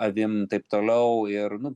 avim taip toliau ir nu